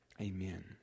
Amen